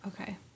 Okay